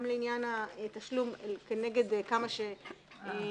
גם לעניין התשלום כנגד כמה שהגיע,